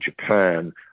Japan